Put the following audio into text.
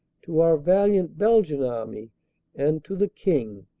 to our valiant belgian army and to the king,